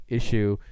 issue